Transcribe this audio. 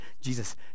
Jesus